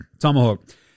Tomahawk